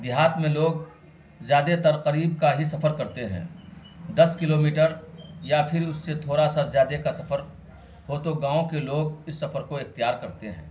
دیہات میں لوگ زیادہ تر قریب کا ہی سفر کرتے ہیں دس کلو میٹر یا پھر اس سے تھوڑا سا زیادہ کا سفر ہو تو گاؤں کے لوگ اس سفر کو اختیار کرتے ہیں